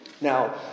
Now